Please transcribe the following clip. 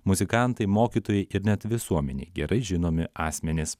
muzikantai mokytojai ir net visuomenei gerai žinomi asmenys